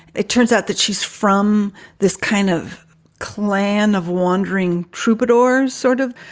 it turns out that she's from this kind of clan of wandering troubadours, sort of.